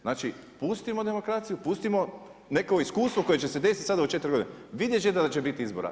Znači pustimo demokraciju, putimo neko iskustvo, koje će se desiti sada u 4 g. Vidjeti ćete da će biti izbora.